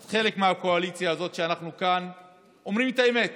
את חלק מהקואליציה הזאת שאנחנו כאן אומרים את האמת